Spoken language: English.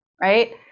right